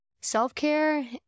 Self-care